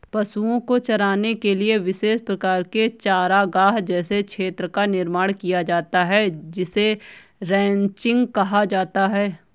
पशुओं को चराने के लिए विशेष प्रकार के चारागाह जैसे क्षेत्र का निर्माण किया जाता है जिसे रैंचिंग कहा जाता है